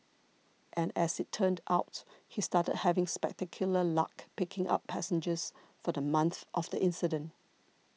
and as it turned out he started having spectacular luck picking up passengers for the month of the incident